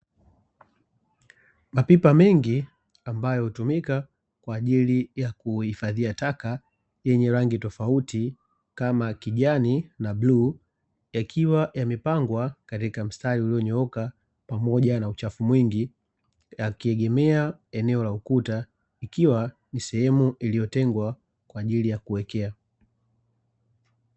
Mapipa mengi ambayo hutumika kwa ajili ya kuihifadhia taka yenye rangi tofauti kama kijani na bluu, akiwa yamepangwa katika mstari ulionyooka pamoja na uchafu mwingi, akiegemea eneo la ukuta ikiwa ni sehemu iliyotengwa kwa ajili ya kuwekea.